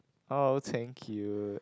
oh thank you